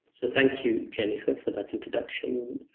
thank you, jennifer, for that introduction.